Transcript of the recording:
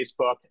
Facebook